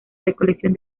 recolección